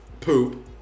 poop